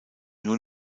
nur